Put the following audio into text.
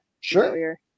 Sure